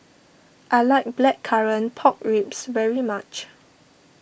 I like Blackcurrant Pork Ribs very much